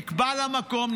נקבע לה מקום,